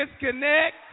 disconnect